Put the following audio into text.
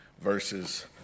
verses